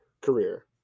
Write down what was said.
career